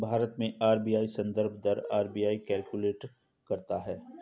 भारत में आर.बी.आई संदर्भ दर आर.बी.आई कैलकुलेट करता है